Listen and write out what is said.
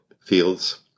fields